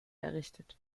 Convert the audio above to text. errichtet